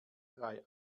drei